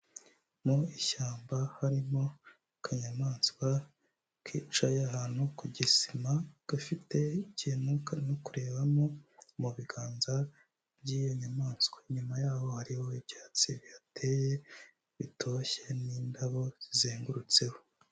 Mu ishyamba harimo akanyamaswa kicaye ahantu ku gisima, gafite ikintu karimo kurebamo mu biganza by'iyo nyamaswa. Inyuma yaho hariho ibyatsi bihateye bitoshye n'indabo zizengurutseho.